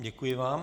Děkuji vám.